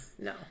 no